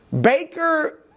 Baker